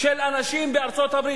של אנשים בארצות-הברית.